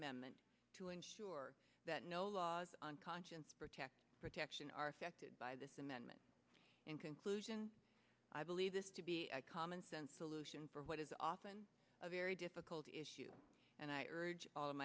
amendment to ensure that no laws on conscience protect protection are affected by this amendment in conclusion i believe this to be a commonsense solution for what is often a very difficult issue and i urge all of